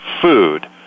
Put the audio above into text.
food